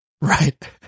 Right